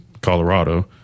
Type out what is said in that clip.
Colorado